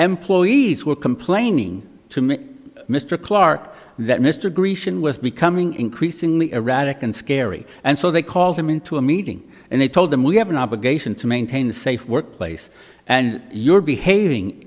employees were complaining to me mr clark that mr grecian was becoming increasingly erratic and scary and so they called him into a meeting and they told him we have an obligation to maintain a safe workplace and you're behaving